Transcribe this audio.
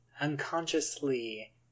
unconsciously